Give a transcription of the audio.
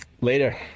Later